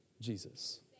Jesus